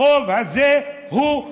החוב הזה לא תקין,